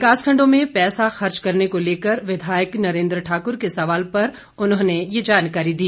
विकास खंडों में पैसा खर्च करने को लेकर विधायक नरेंद्र ठाक्र के सवाल पर उन्होंने ये जानकारी दी